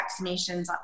vaccinations